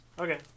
Okay